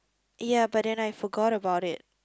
ya but then I forgot about it